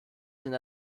sind